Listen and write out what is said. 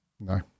No